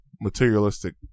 materialistic